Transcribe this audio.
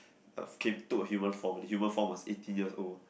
came took a human form the human form was eighteen years old